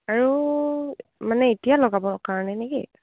আৰু মানে এতিয়া লগাবৰ কাৰণে নেকি